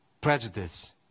prejudice